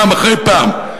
פעם אחרי פעם,